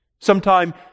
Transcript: Sometime